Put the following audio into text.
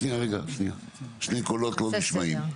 רגע, שנייה, שני קולות לא נשמעים.